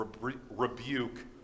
rebuke